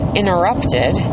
interrupted